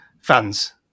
fans